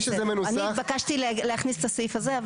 אני התבקשתי להכניס את הסעיף הזה.